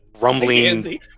rumbling